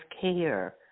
care